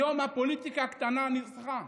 היום הפוליטיקה הקטנה ניצחה.